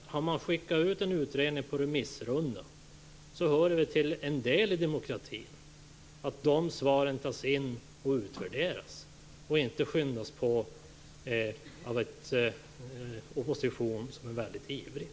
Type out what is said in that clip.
Har man skickat ut en utredning på remissomgång är det en del i demokratin att man utvärderar remissvaren och inte låter sig skyndas på av en ivrig opposition.